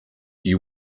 you